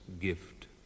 gift